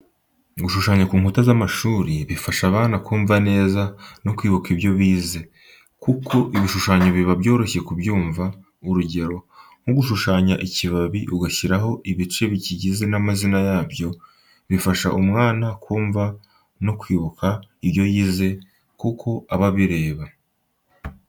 Gushushanya ku nkuta z'amashuri bifasha abana kumva neza no kwibuka ibyo bize, kuko ibishushanyo biba byoroshye kubyumva. Urugero, nko gushushanya ikibabi ugashyiraho ibice bikigize n'amazina yabyo bifasha umwana kumva no kwibuka ibyo yize kuko aba abireba.